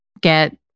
get